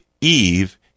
Eve